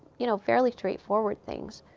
you know, fairly straightforward things,